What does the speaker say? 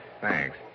Thanks